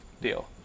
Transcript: deal